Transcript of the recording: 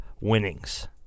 winnings